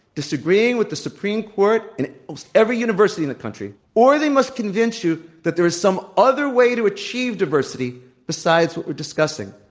disagreeing with the supreme court and almost every university in the country, or they must convince you that there is some other way to achieve diversity besides what we're di scussing.